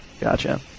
Gotcha